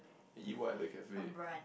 you eat what at the cafe